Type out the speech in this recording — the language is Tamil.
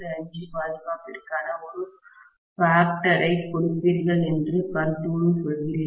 5 பாதுகாப்பிற்கான ஒரு ஃபேக்டரை காரணியைக் கொடுப்பீர்கள் என்ற கருத்தோடு செல்கிறீர்கள்